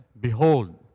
Behold